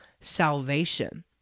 salvation